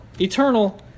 Eternal